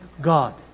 God